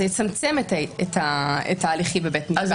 זה יצמצם את ההליכים בבית משפט.